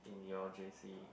in your J_C